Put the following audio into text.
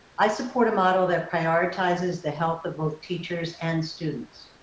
i support a model that prioritizes the health of both teachers and students.